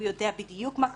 הוא יודע בדיוק מה קורה,